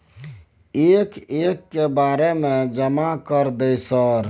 एक एक के बारे जमा कर दे सर?